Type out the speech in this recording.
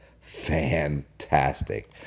fantastic